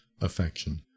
affection